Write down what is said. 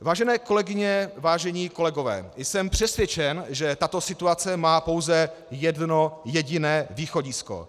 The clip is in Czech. Vážené kolegyně, vážení kolegové, jsem přesvědčen, že tato situace má pouze jedno jediné východisko.